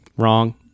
wrong